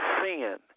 sin